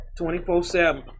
24-7